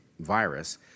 virus